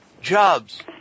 Jobs